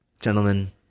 gentlemen